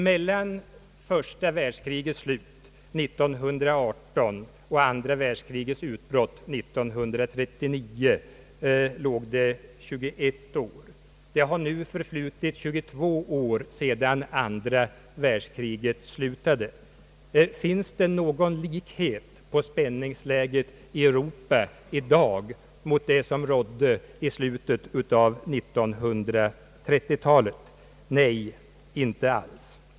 Mellan första världskrigets slut år 1918 och andra världskrigets utbrott 1939 låg 21 år. Det har nu förflutit 22 år sedan andra världskriget slutade. Finns det någon likhet mellan spänningsläget i Europa i dag och det som rådde i slutet av 1930 talet? Nej, inte alls.